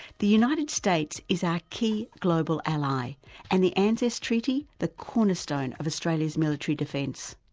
the united states is our key global ally and the anzus treaty the cornerstone of australia's military defence.